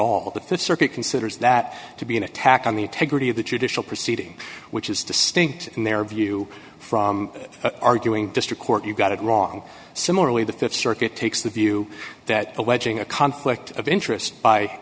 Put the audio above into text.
all the rd circuit considers that to be an attack on the integrity of the judicial proceeding which is distinct in their view from arguing district court you got it wrong similarly the th circuit takes the view that alleging a conflict of interest by